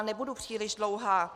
Nebudu příliš dlouhá.